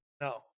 No